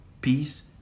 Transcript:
peace